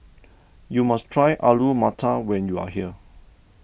you must try Alu Matar when you are here